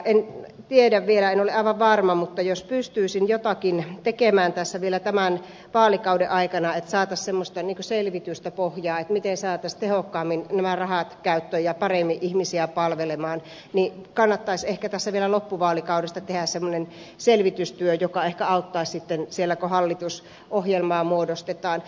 en tiedä vielä en ole aivan varma mutta jos pystyisin jotakin tekemään tässä vielä tämän vaalikauden aikana että saataisiin semmoista selvitystä pohjaa miten saataisiin tehokkaammin nämä rahat käyttöön ja paremmin ihmisiä palvelemaan niin kannattaisi ehkä tässä vielä loppuvaalikaudesta tehdä semmoinen selvitystyö joka ehkä auttaisi sitten siellä kun hallitusohjelmaa muodostetaan